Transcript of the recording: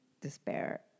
despair